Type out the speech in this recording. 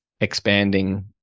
expanding